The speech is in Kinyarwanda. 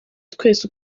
twese